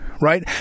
right